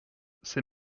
c’est